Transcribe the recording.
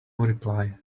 reply